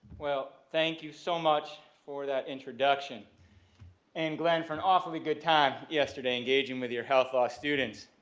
well thank you so much for that introduction and glenn for an awfully good time yesterday engaging with your health law students.